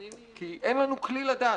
כי אין לנו כלי לדעת,